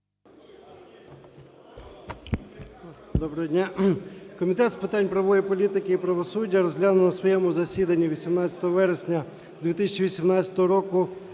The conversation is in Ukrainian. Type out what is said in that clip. Доброго дня! Комітет з питань правової політики і правосуддя розглянув на своєму засіданні 18 вересня 2018 року